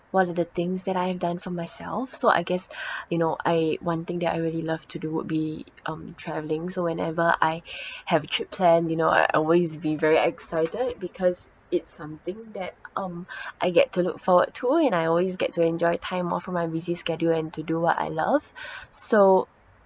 what are the things that I have done for myself so I guess you know I one thing that I really love to do would be um traveling so whenever I have a trip planned you know I'll always be very excited because it's something that um I get to look forward to and I always get to enjoy time off of my busy schedule and to do what I love so